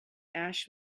ash